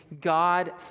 God